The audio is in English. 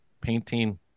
painting